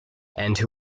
and